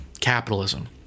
capitalism